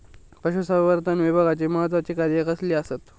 पशुसंवर्धन विभागाची महत्त्वाची कार्या कसली आसत?